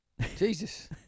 Jesus